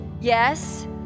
yes